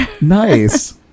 Nice